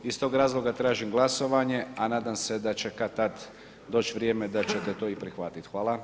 Iz tog razloga tražim glasovanje a nadam se da će kad-tad doć vrijeme da ćete to i prihvatiti, hvala.